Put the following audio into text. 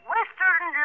Western